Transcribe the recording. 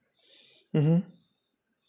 mmhmm